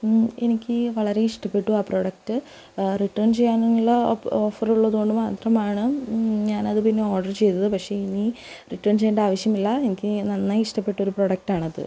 എനിക്ക് വളരെ ഇഷ്ടപ്പെട്ടു ആ പ്രൊഡക്റ്റ് റിട്ടേൺ ചെയ്യാനുമുള്ള ഓഫറുള്ളതുകൊണ്ട് മാത്രമാണ് ഞാനത് പിന്നെ ഓർഡറ് ചെയ്തത് പക്ഷെ ഇനി റിട്ടേൺ ചെയ്യേണ്ട ആവശ്യമില്ല എനിക്ക് നന്നായി ഇഷ്ടപ്പെട്ട ഒരു പ്രൊഡക്റ്റാണത്